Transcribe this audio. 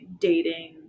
dating